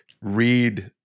read